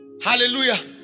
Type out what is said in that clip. Hallelujah